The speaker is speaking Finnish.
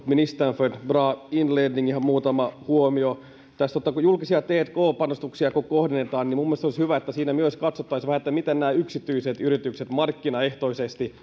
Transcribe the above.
ministern för en bra inledning ihan muutama huomio kun julkisia tk panostuksia tässä kohdennetaan niin minun mielestäni olisi hyvä että siinä myös katsottaisiin vähän miten nämä yksityiset yritykset markkinaehtoisesti